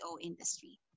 industry